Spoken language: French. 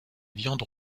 viandes